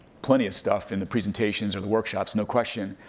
plenty of stuff in the presentations or the workshops, no question,